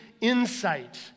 insight